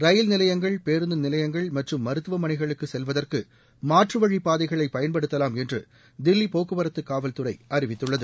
ரயில் நிலையங்கள் பேருந்து நிலையங்கள் மற்றும் மருத்துவமனைகளுக்கு செல்வதற்கு மாற்றுவழிப் பாதைகளை பயன்படுத்தலாம் என்று தில்லி போக்குவரத்து காவல்துறை அறிவித்துள்ளது